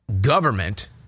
government